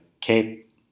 cape